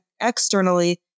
externally